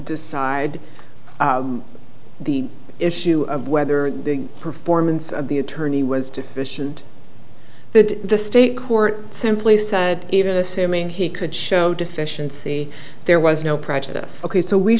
decide the issue of whether the performance of the attorney was deficient that the state court simply said even assuming he could show deficiency there was no prejudice ok so we